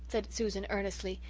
said susan earnestly,